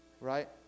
Right